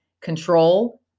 control